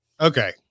Okay